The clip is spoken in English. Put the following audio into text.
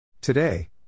Today